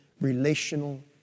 relational